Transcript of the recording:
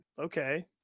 Okay